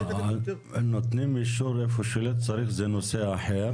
הם נותנים אישור איפה שלא צריך זה נושא אחר,